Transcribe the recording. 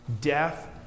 death